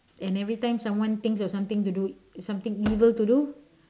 and everytime someone thinks of something to do something evil to do